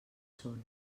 són